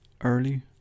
early